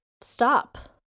stop